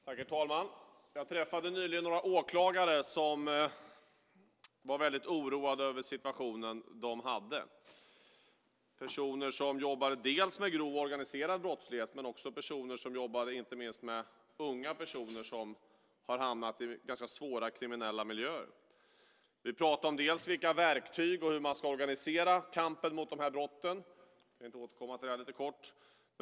Herr talman! Jag träffade nyligen några åklagare som var väldigt oroade över den situation de hade. Det är personer som jobbar med grov organiserad brottslighet men också inte minst med unga personer som har hamnat i ganska svåra kriminella miljöer. Vi pratade om vilka verktyg som finns och hur man ska organisera kampen mot de här brotten - jag tänkte återkomma till det lite kort.